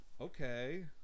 Okay